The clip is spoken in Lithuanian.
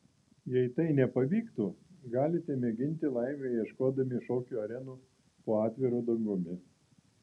jei tai nepavyktų galite mėginti laimę ieškodami šokių arenų po atviru dangumi